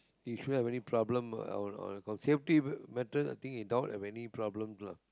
he shouldn't have any problem uh on about safety matters I think he doubt have any problem lah